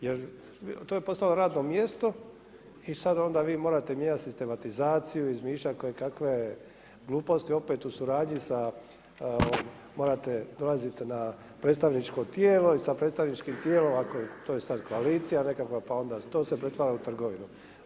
Jer to je postalo radno mjesto i sad onda vi morate mijenjati sistematizaciju, izmišljat kojekakve gluposti u suradnji sa, morate dolazit na predstavničko tijelo i sa predstavničkim tijelom to je sad koalicija nekakva, pa onda to se pretvara u trgovinu.